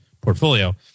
portfolio